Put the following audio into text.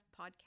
Podcast